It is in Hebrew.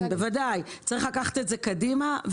הוא צריך לקחת את זה קדימה,